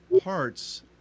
parts